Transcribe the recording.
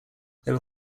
there